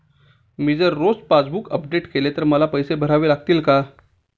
मी जर रोज passbook update केले तर मला पैसे भरावे लागतील का?